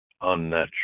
unnatural